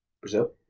Brazil